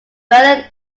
berlin